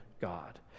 God